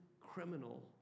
criminal